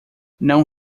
não